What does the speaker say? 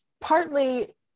partly